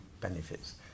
benefits